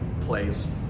place